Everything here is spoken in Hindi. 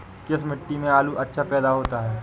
किस मिट्टी में आलू अच्छा पैदा होता है?